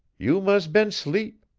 you mus' been sleep.